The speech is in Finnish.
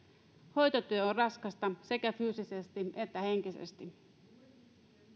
hoitotyö on raskasta sekä fyysisesti että henkisesti